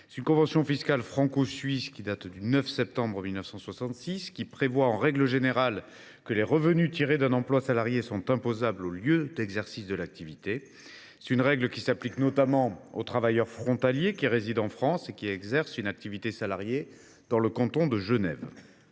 Cette convention fiscale franco suisse, qui date du 9 septembre 1966, prévoit en règle générale que les revenus tirés d’un emploi salarié sont imposables au lieu d’exercice de l’activité. Cette disposition s’applique notamment aux travailleurs frontaliers qui résident en France et qui exercent une activité salariée dans le canton de Genève.